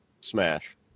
smash